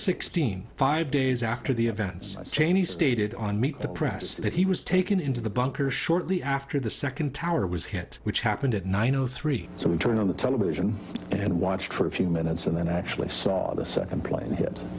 sixteenth five days after the events cheney stated on meet the press that he was taken into the bunker shortly after the second tower was hit which happened at nine o three so we turned on the television and watched for a few minutes and then i actually saw the second plane hit